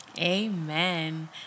Amen